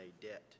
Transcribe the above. debt